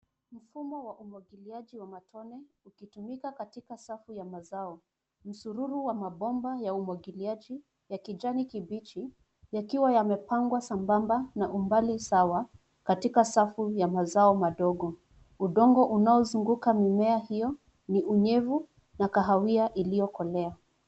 Mfumo wa umwagiliaji wa matone ukitumika katika safu ya mazao. Msusuru wa mabomba ya umwagiliaji ya kijani kibichi yakiwa yamepangwa sambamba na umbali sawa katika safu ya mazao madogo. Udongo unao zunguka mimea hiyo ni unyevu na kahawia iliyokolea.